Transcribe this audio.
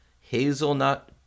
Hazelnut